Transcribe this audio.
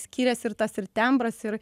skyrėsi ir tas ir tembras ir